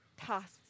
tasks